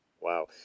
Wow